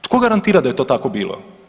Tko garantira da je to tako bilo?